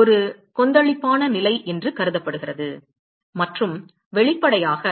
ஒரு கொந்தளிப்பான நிலை என்று கருதப்படுகிறது மற்றும் வெளிப்படையாக